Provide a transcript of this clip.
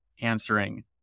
answering